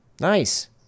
Nice